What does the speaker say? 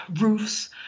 roofs